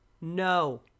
No